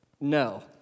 No